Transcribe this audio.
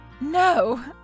No